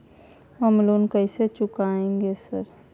हम लोन कैसे चुकाएंगे सर?